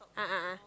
a'ah a'ah